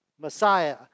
Messiah